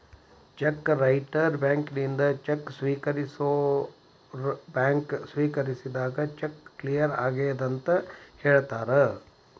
check writer ಬ್ಯಾಂಕಿನಿಂದ cheque ಸ್ವೇಕರಿಸೋರ್ bank ಸ್ವೇಕರಿಸಿದಾಗ ಚೆಕ್ ಕ್ಲಿಯರ್ ಆಗೆದಂತ ಹೇಳ್ತಾರ